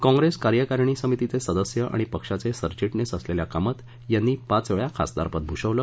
काँग्रेस कार्यकारिणी समितीचे सदस्य आणि पक्षाचे सरचिटणीस असलेल्या कामत यांनी पाच वेळा खासदारपद भूषवलं